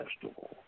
festival